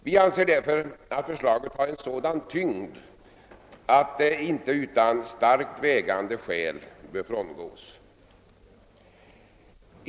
Vi anser därför att förslaget har sådan tyngd att det inte utan starkt vägande skäl bör frångås.